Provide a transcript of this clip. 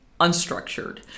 unstructured